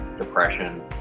depression